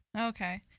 Okay